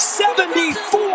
74